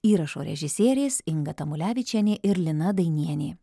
įrašo režisierės inga tamulevičienė ir lina dainienė